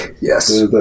Yes